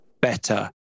better